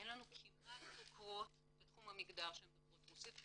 אין לנו כמעט חוקרות בתחום המגדר שמדברות רוסית.